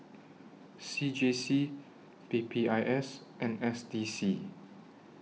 C J C P P I S and S D C